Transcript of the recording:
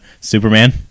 Superman